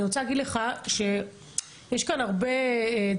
אני רוצה להגיד לך שיש כאן הרבה דיונים.